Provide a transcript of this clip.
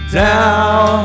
down